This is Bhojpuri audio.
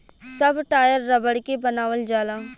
सब टायर रबड़ के बनावल जाला